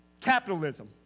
capitalism